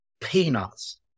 peanuts